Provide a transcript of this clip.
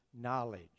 knowledge